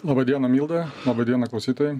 labą dieną milda labą dieną klausytojai